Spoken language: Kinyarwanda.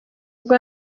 ubwo